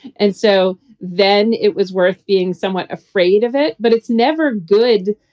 and so then it was worth being somewhat afraid of it. but it's never good.